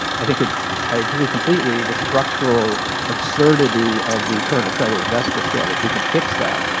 i think it's i agree completely with the structural absurdity of the current accredited investor standard. we can fix that,